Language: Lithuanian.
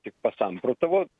tik pasamprotavo